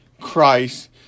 Christ